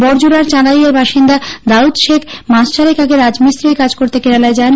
বড়জোড়ার চাঁদাইয়ের বাসিন্দা দাউদ শেখ মাসচারেক আগে রাজমিস্ত্রীর কাজ করতে কেরালায় যান